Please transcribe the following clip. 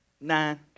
Nine